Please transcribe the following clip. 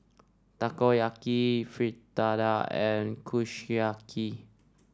Takoyaki Fritada and Kushiyaki